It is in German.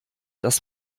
das